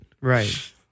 Right